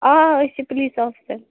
آ أسۍ چھِ پلیٖس آفِسر